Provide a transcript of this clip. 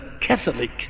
Catholic